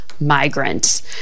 migrants